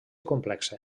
complexa